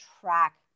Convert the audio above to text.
track